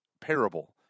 parable